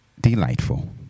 delightful